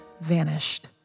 vanished